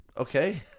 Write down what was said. Okay